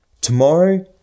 tomorrow